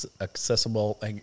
accessible